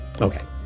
Okay